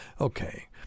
Okay